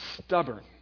stubborn